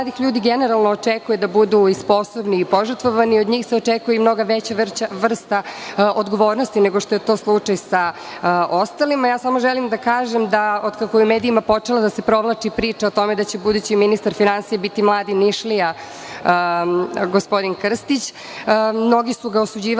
mladih ljudi generalno očekuje da budu i sposobni i požrtvovani, od njih se očekuje i mnogo veća vrsta odgovornosti nego što je to slučaj sa ostalima. Samo želim da kažem da od kako je u medijima počela da se provlači priča o tome da će budući ministar finansija biti mladi Nišlija, gospodin Krstić, mnogi su ga osuđivali